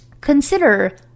consider